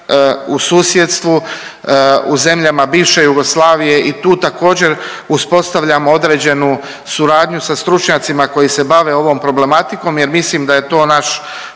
u susjedstvu u zemljama bivše Jugoslavije i tu također uspostavljamo određenu suradnju sa stručnjacima koji se bave ovom problematikom jer mislim da je to naš